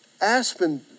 aspen